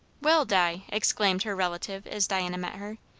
well, di! exclaimed her relative as diana met her.